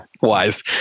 Wise